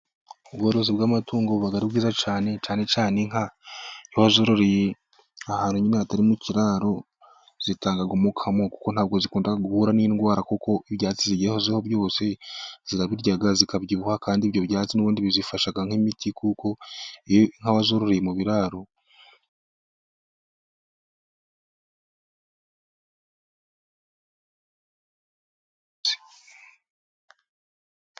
Ubworozi bw'amatungo buba ari bwiza cyane, cyane cyane inka, iyo wazororeye ahantu nyine hatari mu ikiraro, zitanga umukamo kuko ntabwo zikunda guhura n'indwara, kuko ibyatsi zigezeho byose zirabirya zikabyibuha, kandi ibyo byatsi n'ubundi bizifasha nk'imiti, kuko inka zororewe mu biraro.